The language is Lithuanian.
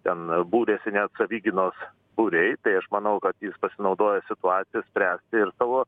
ten būrėsi net savigynos būriai tai aš manau kad jis pasinaudojo situacija spręsti ir tavo